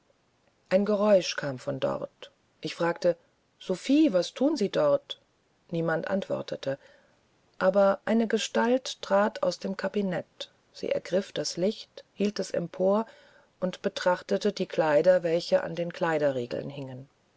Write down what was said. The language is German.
ein geräusch kam von dort ich fragte sophie was thun sie dort niemand antwortete aber eine gestalt trat aus dem kabinett sie ergriff das licht hielt es empor und betrachtete die kleider welche an den kleiderriegeln hingen